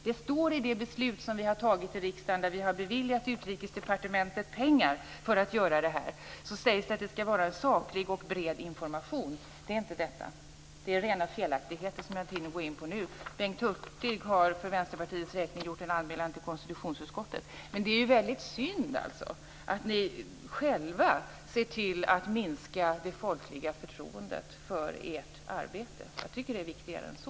Det står i det beslut som vi har fattat i riksdagen, där vi har beviljat Utrikesdepartementet pengar för att göra detta, att det skall vara en saklig och bred information. Det är inte detta. Det är rena felaktigheter som jag inte hinner att gå in på nu. Bengt Hurtig har för Vänsterpartiets räkning gjort en anmälan till konstitutionsutskottet. Men det är väldigt synd att ni själva ser till att minska det folkliga förtroendet för ert arbete. Jag tycker att det är viktigare än så.